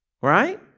right